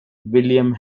william